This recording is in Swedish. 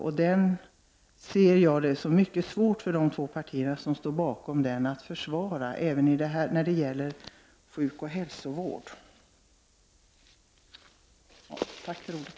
Jag anser att det måste vara svårt för de två partier som står bakom den att försvara skattereformen även när det gäller sjukoch hälsovård. Tack för ordet!